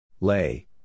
Lay